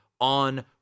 on